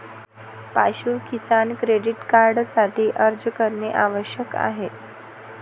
पाशु किसान क्रेडिट कार्डसाठी अर्ज करणे आवश्यक आहे